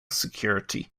security